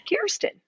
kirsten